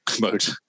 mode